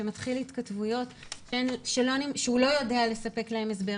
שמתחיל התכתבויות שהוא לא יודע לספק להם הסבר,